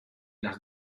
las